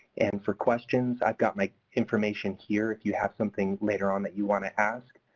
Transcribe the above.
and for questions, i've got my information here if you have some things later on that you want to ask,